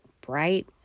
bright